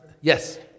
Yes